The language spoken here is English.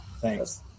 Thanks